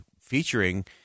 featuring